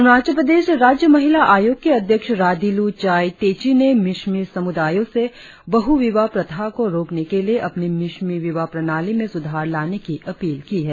अरुणाचल प्रदेश राज्य महिला आयोग की अध्यक्ष राधिलु चाइ तेची ने मिश्मी समुदायों से बहुविवाह प्रथा को रोकने के लिए अपनी मिश्मी विवाह प्रणाली में सुधार लाने की अपील की है